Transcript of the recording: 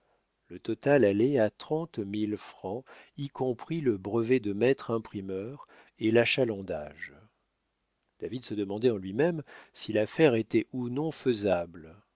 le total allait à trente mille francs y compris le brevet de maître imprimeur et l'achalandage david se demandait en lui-même si l'affaire était ou non faisable